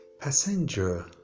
passenger